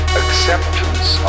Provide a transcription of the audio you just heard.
acceptance